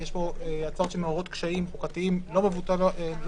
יש פה הצעות שמעוררות קשיים חוקתיים לא מבוטלים.